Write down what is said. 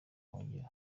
ubuhungiro